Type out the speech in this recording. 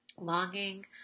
longing